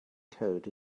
code